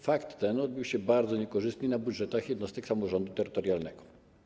Fakt ten odbił się bardzo niekorzystnie na budżetach jednostek samorządu terytorialnego.